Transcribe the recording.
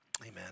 Amen